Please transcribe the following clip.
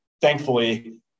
thankfully